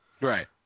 Right